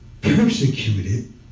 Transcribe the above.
persecuted